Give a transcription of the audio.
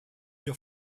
your